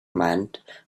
meant